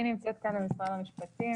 אני נמצאת כאן ממשרד המשפטים.